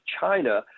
China